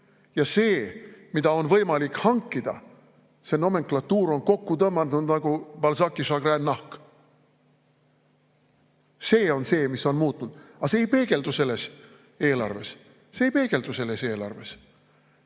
ja see, mida on võimalik hankida, see nomenklatuur on kokku tõmmanud nagu Balzaci šagräännahk. See on see, mis on muutunud. Aga see ei peegeldu selles eelarves. See ei peegeldu selles eelarves!